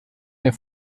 der